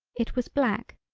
it was black,